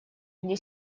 где